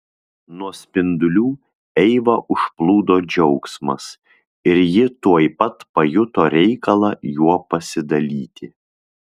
nuo spindulių eivą užplūdo džiaugsmas ir ji tuoj pat pajuto reikalą juo pasidalyti